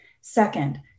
Second